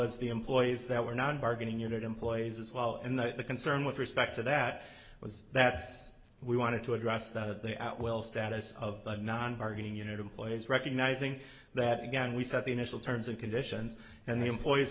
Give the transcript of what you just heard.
as the employees that were not bargaining unit employees as well and the concern with respect to that was that says we wanted to address that they out well status of the non bargaining unit employees recognizing that again we set the initial terms and conditions and the employees